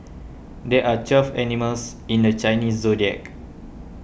there are twelve animals in the Chinese zodiac